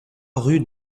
rue